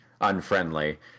unfriendly